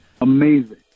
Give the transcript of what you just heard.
Amazing